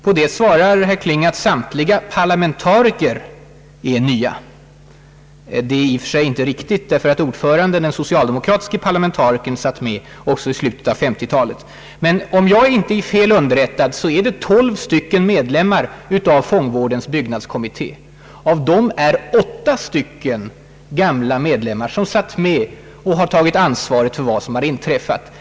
På det svarar herr Kling, om jag hörde rätt, att parlamentarikerna är nya. Men ordföranden, socialdemokratisk riksdagsman, «satt också med på 1950-talet. Om jag inte är fel underrättad är det tolv ledamöter i fångvårdens byggnadskommitté. Av dem har åtta ledamöter suttit med och tagit ansvar för vad som inträffat.